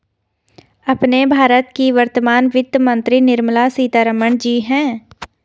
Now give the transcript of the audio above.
अपने भारत की वर्तमान वित्त मंत्री निर्मला सीतारमण जी हैं